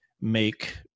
make